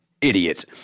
idiot